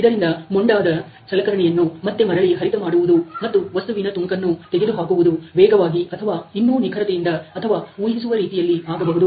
ಇದರಿಂದ ಮೊಂಡಾದ ಸಲಕರಣೆಯನ್ನು ಮತ್ತೆ ಮರಳಿ ಹರಿತ ಮಾಡಬಹುದು ಮತ್ತು ವಸ್ತುವಿನ ತುಣುಕನ್ನು ತೆಗೆದುಹಾಕುವದು ವೇಗವಾಗಿ ಅಥವಾ ಇನ್ನೂ ನಿಖರತೆಯಿಂದ ಅಥವಾ ಊಹಿಸುವ ರೀತಿಯಲ್ಲಿ ಆಗಬಹುದು